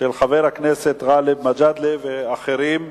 של חבר הכנסת גאלב מג'אדלה ואחרים,